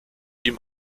ihm